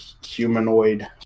humanoid